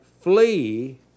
flee